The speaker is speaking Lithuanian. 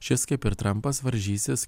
šis kaip ir trampas varžysis